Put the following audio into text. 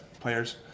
players